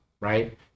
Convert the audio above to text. right